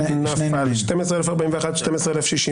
הצבעה לא אושרה